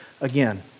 again